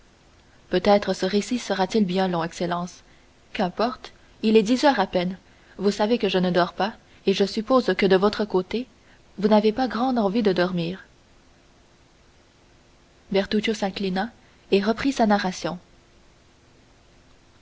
peut-être ce récit sera-t-il bien long excellence qu'importe il est dix heures à peine vous savez que je ne dors pas et je suppose que de votre côté vous n'avez pas grande envie de dormir bertuccio s'inclina et reprit sa narration